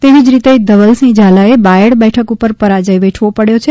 તેવી જ રીતે ધવલસિંહ ઝાલાએ બાયડ બેઠક ઊપર પરાજ્ય વેઠવો પડ્યો છે